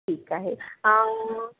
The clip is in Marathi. ठीक आहे